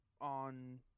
on